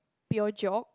pure geog